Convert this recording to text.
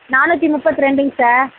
நானூற்றி முப்பத்ரெண்டுங்க சார்